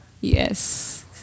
Yes